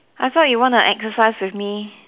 I thought you want to exercise with me